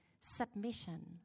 submission